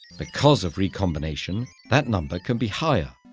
because of recombination, that number can be higher,